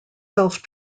self